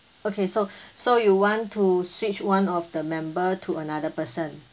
okay so so you want to switch one of the member to another person